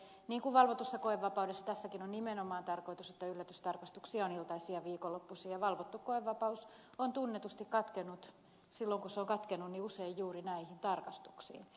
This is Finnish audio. niin kuin valvotussa koevapaudessa tässäkin on nimenomaan tarkoitus että yllätystarkastuksia on iltaisin ja viikonloppuisin ja valvottu koevapaus on tunnetusti katkennut silloin kun se on katkennut usein juuri näihin tarkastuksiin